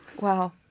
Wow